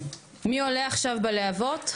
מי עולה עכשיו בלהבות?